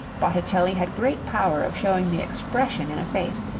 botticelli had great power of showing the expression in a face,